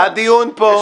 היה דיון פה.